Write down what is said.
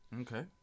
Okay